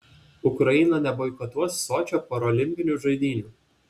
ukraina neboikotuos sočio parolimpinių žaidynių